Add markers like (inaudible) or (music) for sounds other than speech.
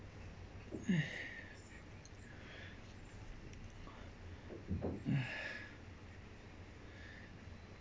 (breath) (breath)